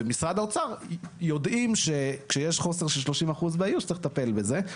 ומשרד האוצר יודעים שכשיש חוסר של 30 אחוז באיוש צריך לטפל בזה.